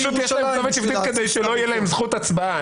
פשוט יש להם כתובת שבטית כדי שלא תהיה להם זכות הצבעה,